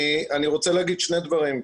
אני רוצה להגיד שני דברים.